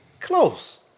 Close